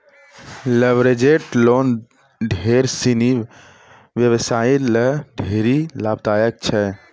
leveraged loan ढेर सिनी व्यवसायी ल ढेरी लाभदायक छै